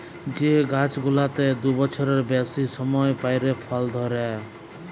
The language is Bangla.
যে গাইছ গুলানের দু বচ্ছরের বেইসি সময় পইরে ফল ধইরে